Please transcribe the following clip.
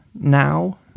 now